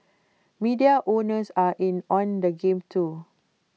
media owners are in on the game too